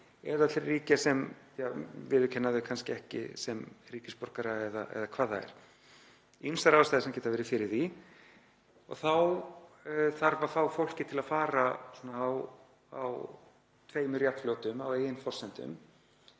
eða til ríkja sem viðurkenna þau kannski ekki sem ríkisborgara eða hvað það er. Ýmsar ástæður geta verið fyrir því og þá þarf að fá fólkið til að fara á tveimur jafnfljótum á eigin forsendum.